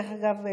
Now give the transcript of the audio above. דרך אגב,